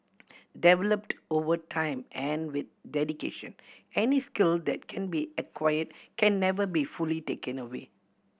developed over time and with dedication any skill that can be acquired can never be fully taken away